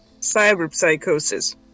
cyberpsychosis